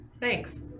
Thanks